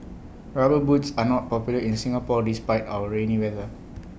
rubber boots are not popular in Singapore despite our rainy weather